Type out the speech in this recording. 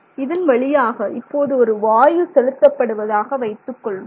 இதன் வழியாக இப்போது ஒரு வாயு செலுத்தப்படுவதாக வைத்துக்கொள்வோம்